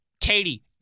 Katie